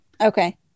Okay